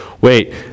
wait